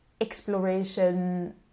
exploration